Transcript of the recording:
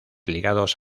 ligados